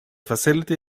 facility